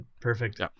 Perfect